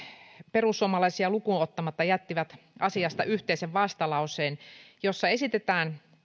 perussuomalaisia lukuun ottamatta jättivät asiasta yhteisen vastalauseen jossa esitetään